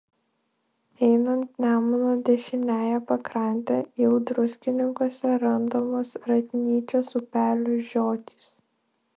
einant nemuno dešiniąja pakrante jau druskininkuose randamos ratnyčios upelio žiotys